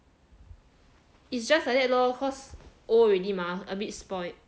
it's just like that lor cause old already mah abit spoilt